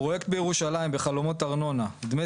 פרויקט בירושלים בחלומות ארנונה דמי